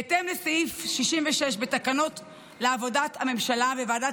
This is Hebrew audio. בהתאם לסעיף 66 לתקנון עבודת הממשלה, ועדת